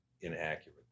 inaccurate